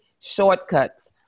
shortcuts